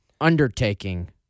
undertaking